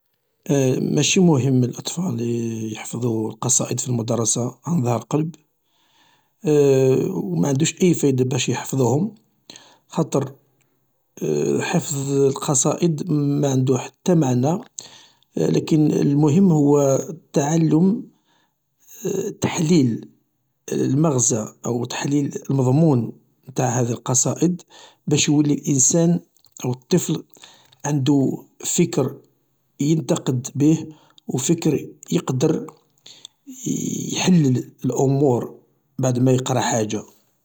ماشي مهم الأطفال يحفظو القصائد في المدرسة عن ظهر قلب، و معندوش أي فايدة باش يحفظوهم خاطر حفظ القصائد معندو حتى معنى لكن المهم تعلم تحليل المغزى او تحليل المضمون نتاع هذ القصائد باش يولي الإنسان او الطفل عندو فكر ينتقد بيه و فكر يقدر يحلل الأمور بعد ما يقرا حاجة.